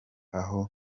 aho